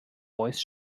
voice